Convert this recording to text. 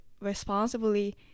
responsibly